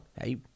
hey